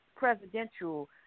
presidential